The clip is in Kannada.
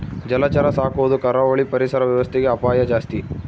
ಜಲಚರ ಸಾಕೊದು ಕರಾವಳಿ ಪರಿಸರ ವ್ಯವಸ್ಥೆಗೆ ಅಪಾಯ ಜಾಸ್ತಿ